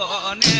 on